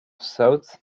south